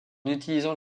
utilisant